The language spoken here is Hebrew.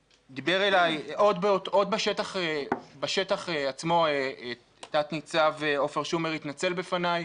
עוד בשטח עצמו תת ניצב עופר שומר התנצל בפניי,